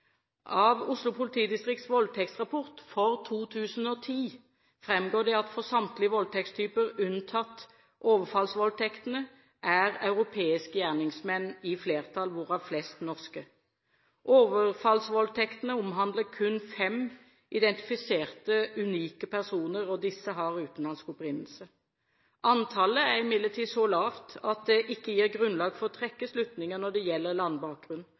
Av Oslo politidistrikts voldtektsrapport for 2010 framgår det: «For samtlige voldtektstyper unntatt overfallsvoldtekt er europeiske gjerningsmenn i flertall, hvorav flest norske. Overfallsvoldtektene omhandler imidlertid kun 5 identifiserte, unike personer. Disse har utenlandsk opprinnelse» – antallet er imidlertid så lavt at det ikke gir grunnlag for å trekke slutninger når det gjelder landbakgrunn